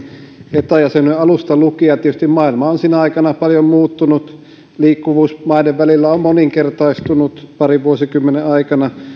eta jäsenyyden alusta lukien ja tietysti maailma on sinä aikana paljon muuttunut liikkuvuus maiden välillä on moninkertaistunut parin vuosikymmenen aikana